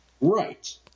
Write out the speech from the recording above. Right